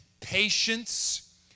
patience